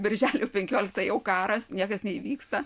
birželio penkioliktą jau karas niekas neįvyksta